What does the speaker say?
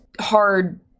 hard